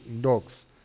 dogs